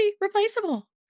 replaceable